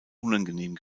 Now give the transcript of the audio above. unangenehm